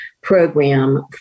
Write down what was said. program